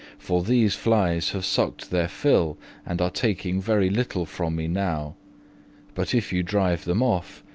for these flies have sucked their fill and are taking very little from me now but, if you drive them off,